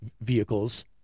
vehicles